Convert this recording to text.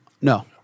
No